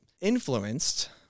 Influenced